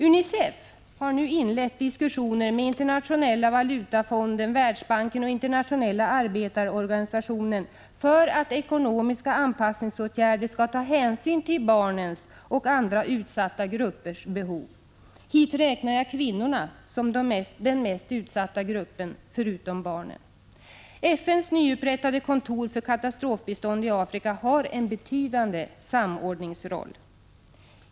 UNICEF har nu inlett diskussioner med Internationella valutafonden, Världsbanken och Internationella arbetsorganisationen för att ekonomiska anpassningsåtgärder skall ta hänsyn till barnens och andra utsatta gruppers behov. Hit räknar jag kvinnorna som den mest utsatta gruppen förutom barnen. FN:s nyupprättade kontor för katastrofbistånd i Afrika har en betydande samordningsroll.